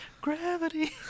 gravity